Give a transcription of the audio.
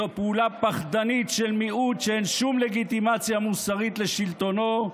זו פעולה פחדנית של מיעוט שאין שום לגיטימציה מוסרית לשלטונו,